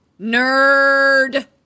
nerd